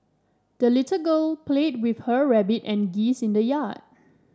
the little girl played with her rabbit and geese in the yard